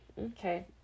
Okay